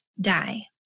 die